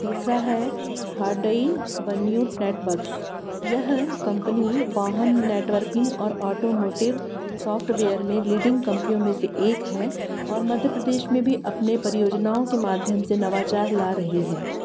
तीसरा है Hardy networks यह कंपनी वाहन नेटवर्किंग और आटोमोटिव सॉफ्टवेयर में लीडिंग कंपनियों में से एक है और मध्य प्रदेश में भी अपनी परियोजनाओं के माध्यम से नवाचार ला रही है